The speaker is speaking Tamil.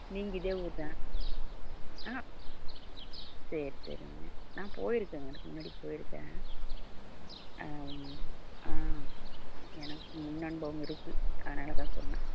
நீங்கள் இதே ஊர் தானா ஆ சரி சரிங்க நான் போயிருக்கேங்க இதுக்கு முன்னாடி போயிருக்கேன் ஆ ம் ஆ எனக்கு முன் அனுபவம் இருக்குது அதனால் தான் சொன்னேன்